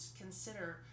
consider